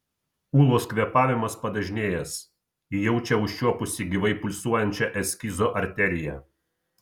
ūlos kvėpavimas padažnėjęs ji jaučia užčiuopusi gyvai pulsuojančią eskizo arteriją